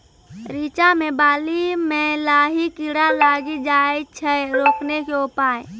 रिचा मे बाली मैं लाही कीड़ा लागी जाए छै रोकने के उपाय?